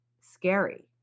scary